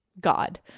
god